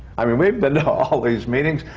i mean, we've been to all these meetings,